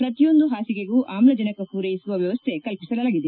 ಪ್ರತಿಯೊಂದು ಹಾಸಿಗೆಗೂ ಆಮ್ಲಜನಕ ಪೂರೈಸುವ ವ್ಲವಸ್ಥೆ ಮಾಡಲಾಗಿದೆ